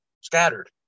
scattered